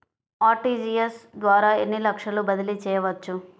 RTGS ద్వారా ఎన్ని లక్షలు బదిలీ చేయవచ్చు?